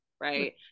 Right